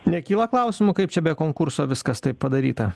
nekyla klausimų kaip čia be konkurso viskas taip padaryta